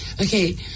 Okay